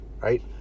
right